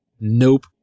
nope